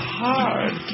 hard